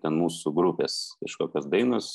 ten mūsų grupės kažkokios dainos